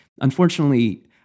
unfortunately